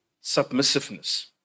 submissiveness